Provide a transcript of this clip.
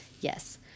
Yes